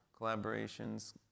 collaborations